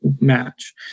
match